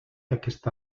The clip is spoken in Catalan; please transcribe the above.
aquesta